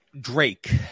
Drake